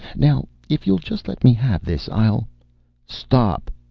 now if you'll just let me have this, i'll stop!